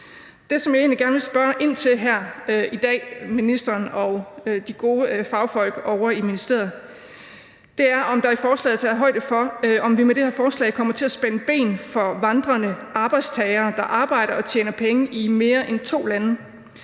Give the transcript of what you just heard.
Det, som jeg egentlig gerne vil spørge ind til i dag – altså spørge ministeren og de gode fagfolk ovre i ministeriet om – er, om der er taget højde for, at vi med det her forslag kommer til at spænde ben for vandrende arbejdstagere, der arbejder og tjener penge i mere end to lande.